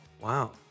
Wow